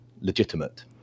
legitimate